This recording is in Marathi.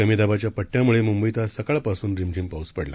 कमीदाबाच्यापट्ट्याम्ळेम्ंबईतआजसकाळपासूनरिमझिमपाऊसपडला